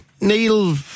Neil